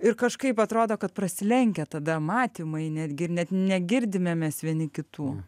ir kažkaip atrodo kad prasilenkia tada matymai netgi ir net negirdime mes vieni kitų